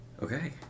Okay